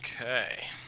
Okay